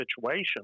situation